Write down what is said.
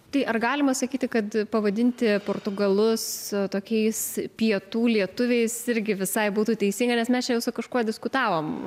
tai ar galima sakyti kad pavadinti portugalus tokiais pietų lietuviais irgi visai būtų teisinga nes mes čia jau su kažkuo diskutavom